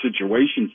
situations